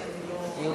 אוקיי.